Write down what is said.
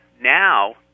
now